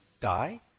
die